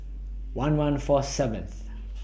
one one four seventh